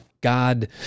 God